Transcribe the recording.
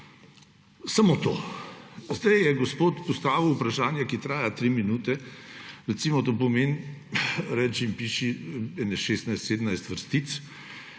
Samo to. Zdaj je gospod postavil vprašanje, ki traja tri minute. Recimo, to pomeni, reci in piši, 16, 17 vrstic.